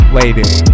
lady